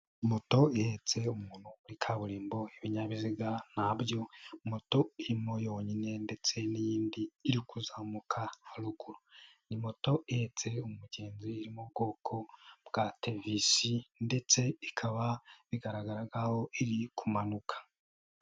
Moto ihetse umuntu muri kaburimbo, ibinyabiziga ntabyo, moto irimo yonyine ndetse n'iyindi iri kuzamuka haruguru, ni moto ihetse umugenzi iri mu bwoko bwa Tevisi ndetse ikaba bigaragara nk'aho iri kumanuka.